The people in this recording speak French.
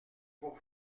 pour